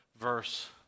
verse